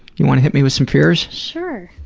you want to hit me with some fears? sure.